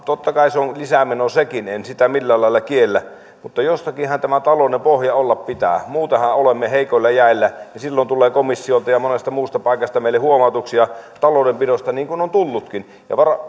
totta kai se on lisämeno sekin en sitä millään lailla kiellä mutta jossakinhan tämä talouden pohja olla pitää muutenhan olemme heikoilla jäillä ja silloin tulee komissiolta ja monesta muusta paikasta meille huomautuksia taloudenpidosta niin kuin on tullutkin